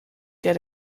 get